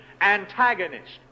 antagonist